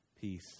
Peace